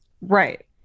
Right